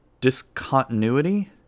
discontinuity